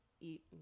eat